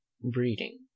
breeding